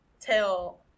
tell